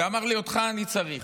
הוא אמר לי: אותך אני צריך.